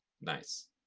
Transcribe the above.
nice